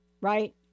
right